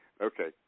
okay